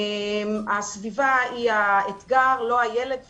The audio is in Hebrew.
הסביבה היא האתגר, לא הילד.